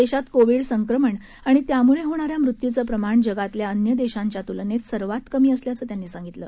देशात कोविड संक्रमण आणि त्यामुळे होणाऱ्या मृत्यूचं प्रमाण जगातल्या अन्य देशांच्या तुलनेत सर्वात कमी असल्याचं त्यांनी सांगितलं